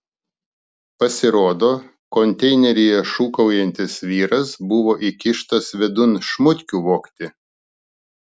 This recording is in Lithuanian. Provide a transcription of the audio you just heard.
pasirodo konteineryje šūkaujantis vyras buvo įkištas vidun šmutkių vogti